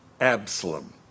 Absalom